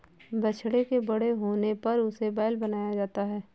बछड़े के बड़े होने पर उसे बैल बनाया जाता है